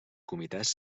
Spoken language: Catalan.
comitès